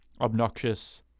obnoxious